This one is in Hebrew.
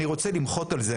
אני רוצה למחות על זה.